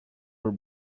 were